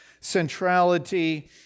centrality